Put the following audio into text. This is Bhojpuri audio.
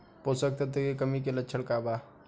पोषक तत्व के कमी के लक्षण का वा?